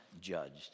judged